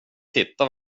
titta